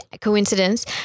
coincidence